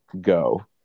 Go